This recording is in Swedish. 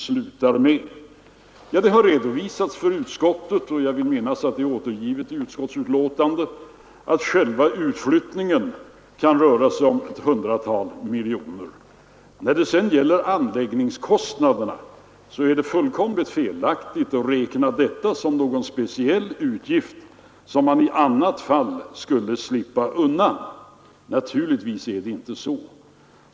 Det har redovisats för utskottet — och jag vill minnas att det är återgivet i utskottsbetänkandet — att kostnaden för själva utflyttningen kan röra sig om ett hundratal miljoner kronor. Beträffande anläggningskostnaderna är det fullkomligt felaktigt att räkna detta som någon speciell utgift som man i annat fall skulle slippa undan. Naturligtvis är det inte så.